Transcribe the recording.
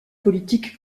politique